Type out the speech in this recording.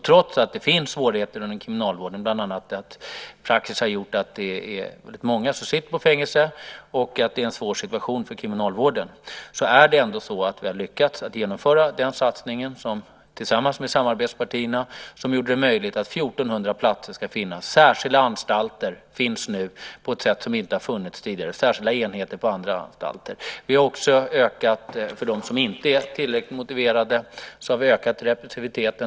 Trots att det finns svårigheter inom kriminalvården, som till exempel att praxis har gjort att det är många som sitter på fängelse och att det är en svår situation för kriminalvården, har vi ändå tillsammans med samarbetspartierna lyckats genomföra en satsning som gjort det möjligt att det ska finnas 1 400 platser. Särskilda anstalter finns nu på ett sätt som vi inte har haft tidigare. Det finns särskilda enheter på andra anstalter. För dem som inte är tillräckligt motiverade har vi ökat repressiviteten.